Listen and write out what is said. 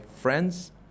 friends